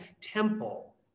temple